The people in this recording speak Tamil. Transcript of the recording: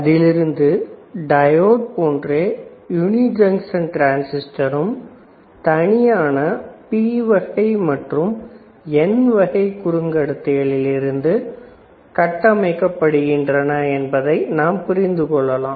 அதிலிருந்து டயோடு போன்ற யுனி ஜங்ஷன் டிரன்சிஸ்டரும் தனியான P வகை மற்றும் N வகை குறைகடத்திகளில் இருந்தும் கட்டமைக்கப்படுகின்றன என்பதை நாம் புரிந்து கொள்ளலாம்